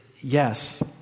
yes